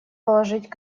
положить